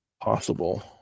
possible